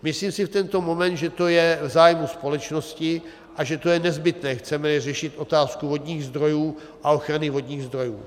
Myslím si v tento moment, že to je v zájmu společnosti a že to je nezbytné, chcemeli řešit otázku vodních zdrojů a ochrany vodních zdrojů.